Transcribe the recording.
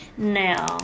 Now